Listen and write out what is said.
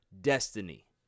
destiny